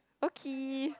okie